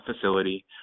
facility